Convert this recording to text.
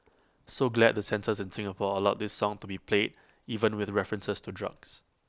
so glad the censors in Singapore allowed this song to be played even with references to drugs